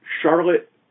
Charlotte